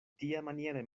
tiamaniere